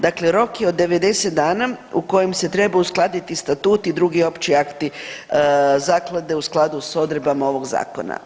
Dakle, rok je od 90 dana u kojem se treba uskladit statut i drugi opći akti zaklade u skladu s odredbama ovog zakona.